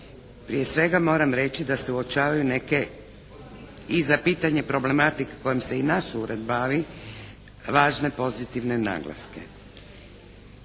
prije svega moram reći da se uočavaju neke, i za pitanje problematike kojom se i naš Ured bavi važne pozitivne naglaske.